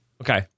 okay